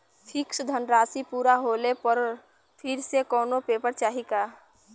Fix धनराशी पूरा होले पर फिर से कौनो पेपर चाही का?